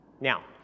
Now